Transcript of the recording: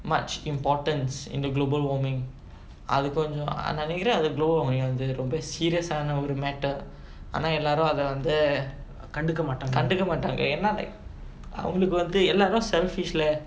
much importance in the global warming அது கொஞ்ச நா நெனைக்குற அது:athu konja naa nenaikkura athu global warming வந்து ரொம்ப:vanthu romba serious ஆன ஒரு:aana oru matter ஆனா எல்லாரும் அத வந்து கண்டுக்க மாட்டாங்க ஏனா:aanaa ellaarum atha vanthu kandukka maattaanga yaenaa like அவங்களுக்கு வந்து எல்லா:avangalukku vanthu ellaa selfish lah